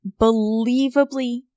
believably